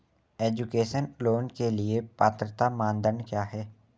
Education loan के लिए पात्रता मानदंड क्या है?